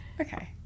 Okay